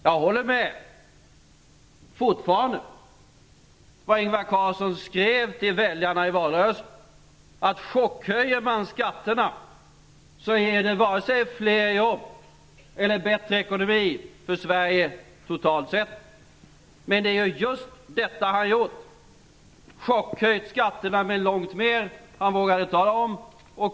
Jag håller fortfarande med om vad Ingvar Carlsson skrev till väljarna i valrörelsen. Om man chockhöjer skatterna leder det varken till fler jobb eller bättre ekonomi för Sverige totalt sett. Just detta har Ingvar Carlsson gjort. Han har chockhöjt skatterna långt mera än han vågade tala om.